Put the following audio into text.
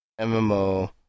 MMO